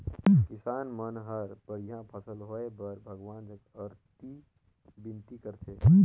किसान मन हर बड़िया फसल होए बर भगवान जग अरती बिनती करथे